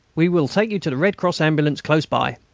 we will take you to the red cross ambulance close by.